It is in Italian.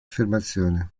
affermazione